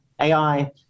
ai